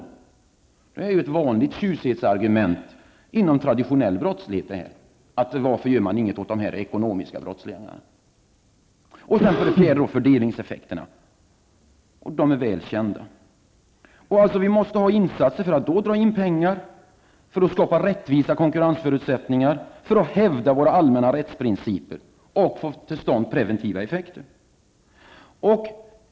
Detta är ju ett vanligt tjusighetsargument inom traditionell brottslighet: Varför gör man inget åt de här ekonomiska brottslingarna. För det fjärde är det fördelningseffekterna, som är väl kända. Det måste alltså göras insatser för att dra in pengar, för att skapa rättvisa konkurrensförutsättningar, för att hävda våra allmänna rättsprinciper och för att få till stånd preventiva effekter.